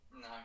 No